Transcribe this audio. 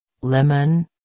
Lemon